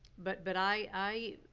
but but i,